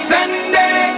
Sunday